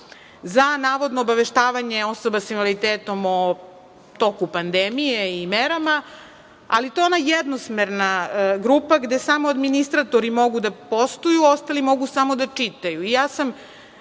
za navodno obaveštavanje osoba sa invaliditetom o toku pandemije i merama, ali to je ona jednosmerna grupa, gde samo administratori mogu da postuju a ostali mogu samo da čitaju.